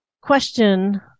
question